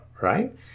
right